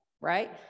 right